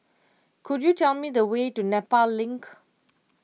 could you tell me the way to Nepal Link